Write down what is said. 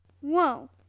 Whoa